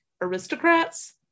aristocrats